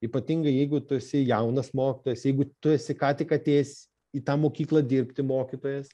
ypatingai jeigu tu esi jaunas mokytojas jeigu tu esi ką tik atėjęs į tą mokyklą dirbti mokytojas